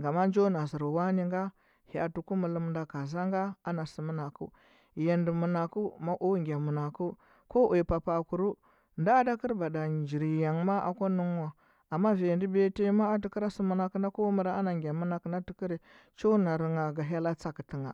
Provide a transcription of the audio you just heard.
ngama njo na zer wani nga hyaati ku mellum nda kaza cha ana se menak eu ndu menakeu ko uya papa a kuri nda ada ker njir ya nge maa akwa ne nge wa amma vanyi ndu biya tanyi ana gya menakeu na a tekere cho nar aghe ga hyella tsakte gha.